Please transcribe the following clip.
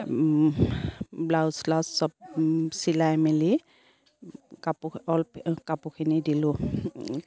blouse চ্লাউজ চব চিলাই মেলি কাপোৰ অলপ কাপোৰখিনি দিলোঁ